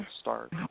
start